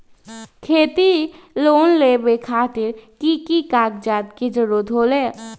खेती लोन लेबे खातिर की की कागजात के जरूरत होला?